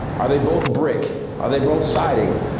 are they both brick? are they both siding?